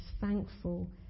thankful